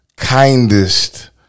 Kindest